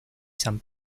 san